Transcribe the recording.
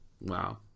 Wow